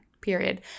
period